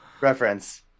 reference